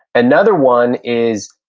another one is,